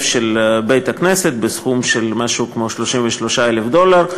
של בית-הכנסת בסכום של כ-33,000 דולר,